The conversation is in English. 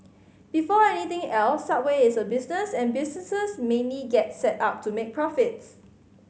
before anything else Subway is a business and businesses mainly get set up to make profits